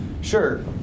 Sure